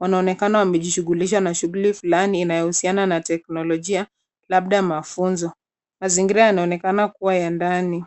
Wanaonekana wamejishughulisha na shughuli fulani inayohusiana na teknolojia, labda mafunzo. Mazingira yanaonekana kuwa ya ndani.